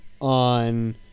on